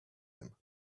him